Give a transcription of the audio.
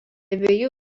abiejų